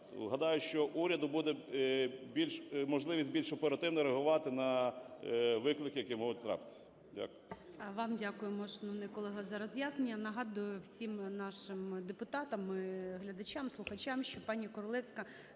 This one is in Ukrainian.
Гадаю, що уряду буде можливість більш оперативно реагувати на виклики, які можуть трапитись.